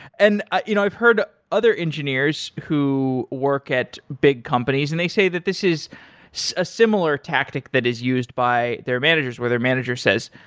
and ah you know i've heard other engineers who work at big companies and they say that this is so a similar tactic that is used by their managers where their manager says,